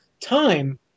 time